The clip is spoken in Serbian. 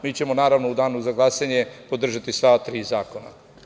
Mi ćemo, naravno, u danu za glasanje podržati sva tri zakona.